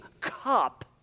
cup